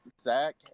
Zach